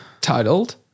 titled